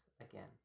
again